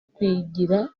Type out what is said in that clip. kwigira